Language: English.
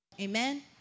Amen